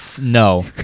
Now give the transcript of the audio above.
No